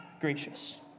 gracious